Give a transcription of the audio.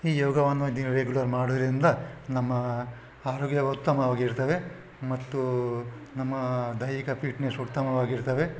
ಈ ಯೋಗವನ್ನು ದಿನ ರೆಗ್ಯುಲರ್ ಮಾಡುವುದ್ರಿಂದ ನಮ್ಮ ಆರೋಗ್ಯ ಉತ್ತಮವಾಗಿರ್ತದೆ ಮತ್ತು ನಮ್ಮ ದೈಹಿಕ ಫಿಟ್ನೆಸ್ ಉತ್ತಮವಾಗಿರ್ತದೆ